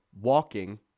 walking